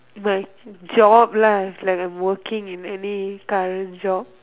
my job lah it's like I'm working in any current job